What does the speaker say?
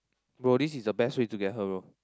bro this is the best way to get her bro